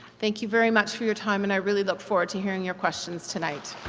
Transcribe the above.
thank you very much for your time and i really look forward to hearing your questions tonight.